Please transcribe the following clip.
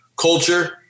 culture